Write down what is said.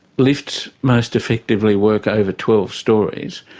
lifts most effectively work over twelve storeys,